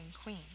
queen